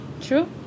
true